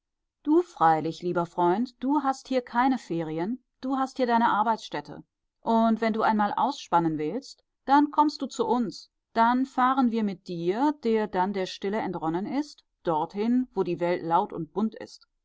du freilich lieber freund du hast hier keine ferien du hast hier deine arbeitsstätte und wenn du einmal ausspannen willst dann kommst du zu uns dann fahren wir mit dir der dann der stille entronnen ist dorthin wo die welt laut und bunt ist